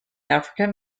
african